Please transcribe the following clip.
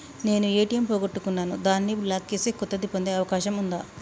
నేను ఏ.టి.ఎం పోగొట్టుకున్నాను దాన్ని బ్లాక్ చేసి కొత్తది పొందే అవకాశం ఉందా?